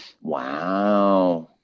wow